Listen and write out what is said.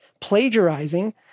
plagiarizing